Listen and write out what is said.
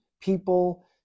people